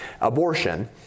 abortion